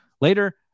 later